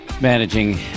managing